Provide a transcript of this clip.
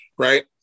right